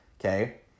okay